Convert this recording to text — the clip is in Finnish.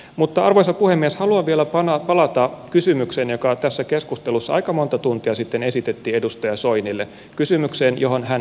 mutta arvoisa puhemies haluan vielä palata kysymykseen joka tässä keskustelussa aika monta tuntia sitten esitettiin edustaja soinille kysymykseen johon hän ei vastannut